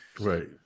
Right